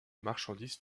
marchandise